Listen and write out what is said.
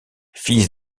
fils